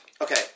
Okay